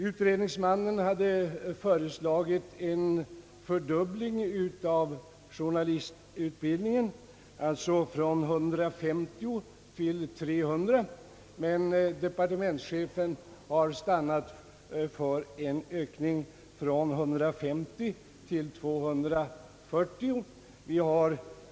Utredningsmannen hade föreslagit en fördubbling av elevantalet vid journalistutbildningen, d. v. s. från 150 till 300, men departementschefen har stannat för en ökning från 150 till 240.